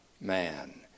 man